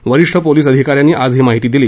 वरिष्ठ पोलिस अधिका यांनी आज ही माहिती दिली